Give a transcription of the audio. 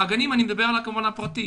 הגנים, אני מדבר כמובן על הפרטיים.